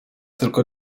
tylko